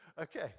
Okay